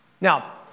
Now